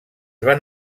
van